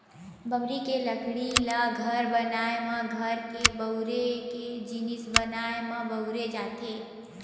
बमरी के लकड़ी ल घर बनाए म, घर के बउरे के जिनिस बनाए म बउरे जाथे